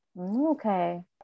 okay